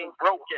broken